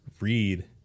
read